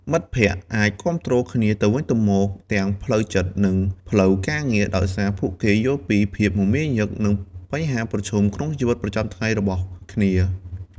មិត្តភក្តិអាចគាំទ្រគ្នាទៅវិញទៅមកទាំងផ្លូវចិត្ត និងផ្លូវការងារ ដោយសារពួកគេយល់ពីភាពមមាញឹក និងបញ្ហាប្រឈមក្នុងជីវិតប្រចាំថ្ងៃរបស់គ្នា។